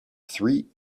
three